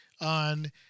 on